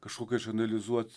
kažkokia išanalizuot